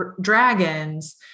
dragons